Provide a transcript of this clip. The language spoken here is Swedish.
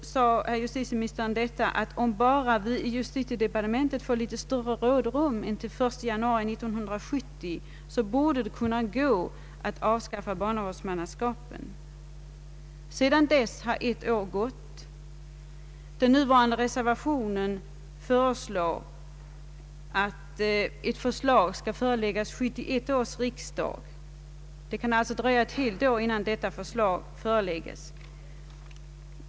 Då sade justitieministern att om justitiedepartementet bara fick litet längre rådrum än till den 1 januari 1970 borde det gå att avskaffa barnavårdsmannaskapet. Sedan dess har ett år gått. Den nuvarande reservationen kräver att ett förslag skall föreläggas 1971 års riksdag, och det kan alltså dröja ett helt år innan förslag föreligger.